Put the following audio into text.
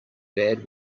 bad